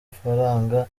ifaranga